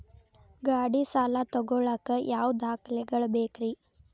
ಗಾಡಿ ಸಾಲ ತಗೋಳಾಕ ಯಾವ ದಾಖಲೆಗಳ ಬೇಕ್ರಿ?